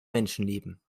menschenleben